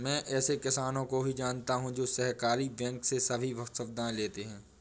मैं ऐसे किसानो को भी जानता हूँ जो सहकारी बैंक से सभी सुविधाएं लेते है